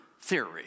theory